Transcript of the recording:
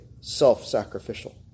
self-sacrificial